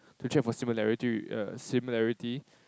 to travel a similarity a similarity